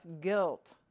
guilt